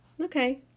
Okay